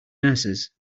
nurses